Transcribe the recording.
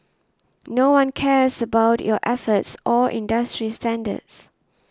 no one cares about your efforts or industry standards